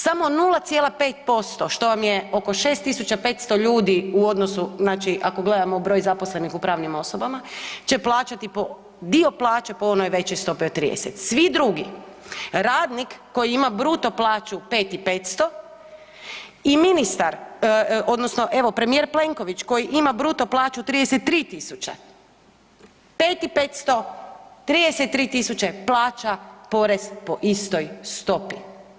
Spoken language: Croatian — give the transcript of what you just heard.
Samo 0,5% što vam je oko 6500 ljudi u odnosu, znači ako gledamo broj zaposlenih u pravnim osobama će plaćati po, dio plaće po onoj većoj stopi od 30, svi drugi, radnik koji ima bruto plaću 5.500 i ministar odnosno evo premijer Plenković koji ima bruto plaću 33.000, 5.500, 33.000 plaća porez po istoj stopi.